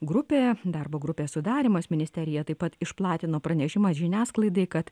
grupė darbo grupės sudarymas ministerija taip pat išplatino pranešimą žiniasklaidai kad